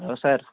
hello sir